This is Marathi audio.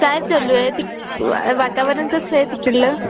काय चालू आहे तिक वा वातावरण कसं आहे तिकडलं